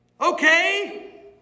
Okay